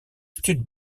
stud